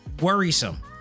worrisome